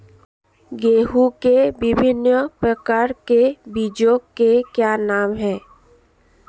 गेहूँ के विभिन्न प्रकार के बीजों के क्या नाम हैं?